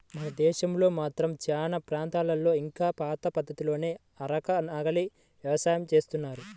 మన దేశంలో మాత్రం చానా ప్రాంతాల్లో ఇంకా పాత పద్ధతుల్లోనే అరక, నాగలి యవసాయం జేత్తన్నారు